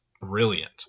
brilliant